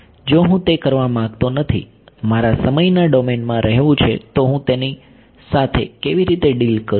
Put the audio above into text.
જો હું તે કરવા માંગતો નથી મારે સમયના ડોમેનમાં રહેવું છે તો હું તેની સાથે કેવી રીતે ડીલ કરું